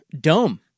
Dome